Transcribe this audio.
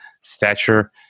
stature